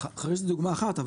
חריש זה צד אחד.